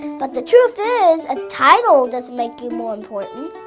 but the truth is, a title doesn't make you more important,